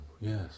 yes